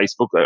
Facebook